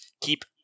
keep